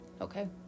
okay